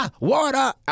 water